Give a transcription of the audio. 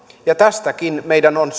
ja tästäkin meidän on